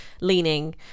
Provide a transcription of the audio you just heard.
leaning